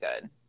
good